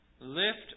lift